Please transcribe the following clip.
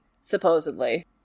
supposedly